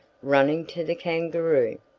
running to the kangaroo.